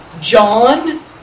John